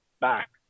back